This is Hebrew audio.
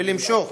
ולמשוך